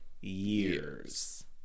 years